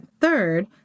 Third